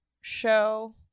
show